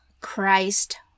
christ